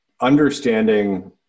understanding